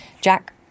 Jack